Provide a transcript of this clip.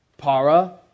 Para